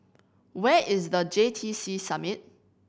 where is The J T C Summit